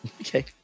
Okay